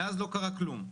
מאז לא קרה כלום,